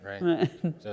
Right